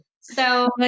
So-